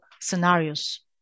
scenarios